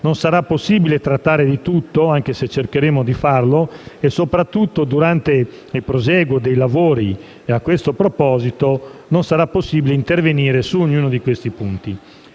non sarà possibile trattare di tutto, anche se cercheremo di farlo e, soprattutto, durante il prosieguo dei lavori, non sarà possibile intervenire su ognuno di questi punti.